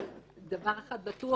אבל דבר אחד בטוח,